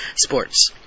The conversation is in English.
sports